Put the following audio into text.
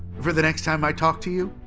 for the next time i talk to you!